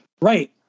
right